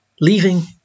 leaving